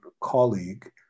colleague